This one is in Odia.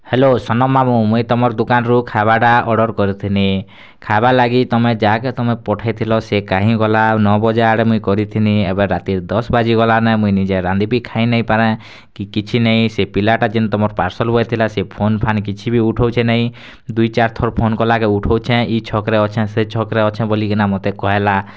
ହ୍ୟାଲୋ ବାବୁ ମୁଇଁ ତମର୍ ଦୁକାନରୁ ଖାଇବାଟା ଅର୍ଡ଼ର୍ କରିଥିନି ଖାଇବାର୍ ଲାଗି ତୁମେ ଯାହାକେ ତୁମେ ପଠେଇଥିଲ ସେ କାହିଁ ଗଲା ନଅ ବଜେ ମୁଇଁ କରିଥିନି ଏବେ ରାତି ଦଶ ବାଜି ଗଲାନେ ମୁଇଁ ନିଜେ ରାନ୍ଧି ବି ଖାଇ ନେଇଁ ପାରେ କି କିଛି ନେଇଁ ସେ ପିଲାଟା ଯେନ୍ ତୁମର୍ ପାର୍ସଲ୍ ବଏ ଥିଲା ସେ ଫୋନ୍ ଫାନ୍ କିଛି ବି ଉଠଉଛେ ନାଇଁ ଦୁଇ ଚାରି ଥର୍ ଫୋନ୍ କଲା କେ ଉଠଉଛେ ଇ ଛକରେ ଅଛେ ସେ ଛକରେ ଅଛେ ବୋଲିକି ନା ମୋତେ କହେଲା